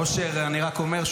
אדוני היושב-ראש, אני יודע.